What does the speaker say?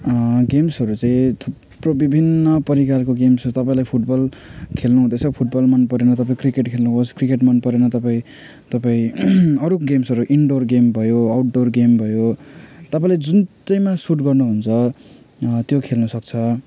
गेम्सहरू चाहिँ थुप्रो विभिन्न प्रकारको गेम्स छ तपाईँलाई फुट बल खेल्नु हुँदैछ फुट बल मन परेन तपाईँ क्रिकेट खेल्नु होस् क्रिकेट मन परेन तपाईँ तपाईँ अरू गेम्सहरू इन्डोर गेम भयो आउटडोर गेम भयो तपाईँले जुन चाहिँमा सुट गर्नु हुन्छ त्यो खेल्नु सक्छ